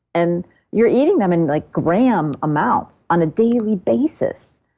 and you're eating them in like gram amounts on a daily basis.